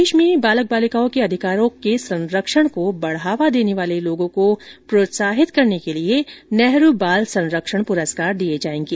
प्रदेश में बालक बालिकाओं के अधिकारों के संरक्षण को बढ़ावा देने वाले लोगों को प्रोत्साहित करने के लिए नेहरू बाल संरक्षण पुरस्कार दिए जाएंगे